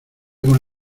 con